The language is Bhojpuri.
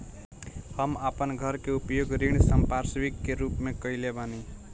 हम आपन घर के उपयोग ऋण संपार्श्विक के रूप में कइले बानी